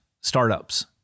startups